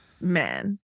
Man